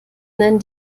nennen